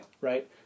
Right